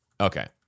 Okay